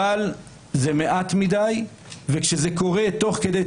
אבל זה מעט מדי, וכשזה קורה תוך כדי תנועה,